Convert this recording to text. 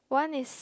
one is